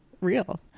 real